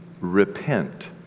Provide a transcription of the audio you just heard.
Repent